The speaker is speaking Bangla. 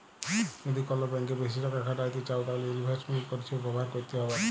যদি কল ব্যাংকে বেশি টাকা খ্যাটাইতে চাউ তাইলে ইলভেস্টমেল্ট পরিছেবা ব্যাভার ক্যইরতে হ্যবেক